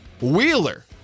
Wheeler